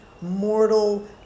mortal